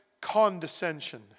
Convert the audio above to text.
condescension